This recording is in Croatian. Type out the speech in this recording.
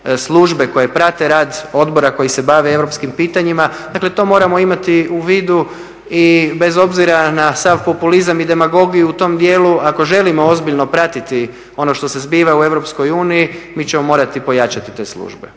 služe koje prate rad odbora koji se bave europskim pitanjima, dakle to moramo imati u vidu i bez obzira na sav populizam i demagogiju u tom dijelu, ako želimo ozbiljno pratiti ono što se zbiva u EU, mi ćemo morati pojačati te službe,